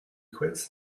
quiz